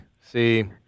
see